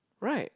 right